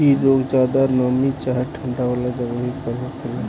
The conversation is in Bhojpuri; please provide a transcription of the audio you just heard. इ रोग ज्यादा नमी चाहे ठंडा वाला जगही पर होखेला